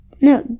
No